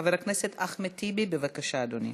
חבר הכנסת אחמד טיבי, בבקשה, אדוני.